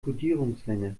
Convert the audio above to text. kodierungslänge